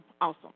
Awesome